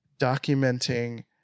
documenting